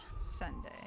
sunday